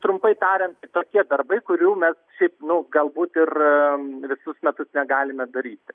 trumpai tariant tokie darbai kurių mes šiaip nu galbūt ir visus metus negalime daryti